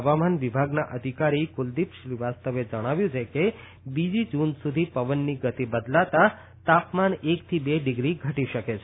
હવામાન વિભાગના અધિકારી કુલદિપ શ્રીવાસ્તવે જણાવ્યું છે કે બીજી જુન સુધી પવનની ગતી બદલાતાં તાપમાન એક થી બે ડિગ્રી ઘટી શકે છે